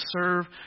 serve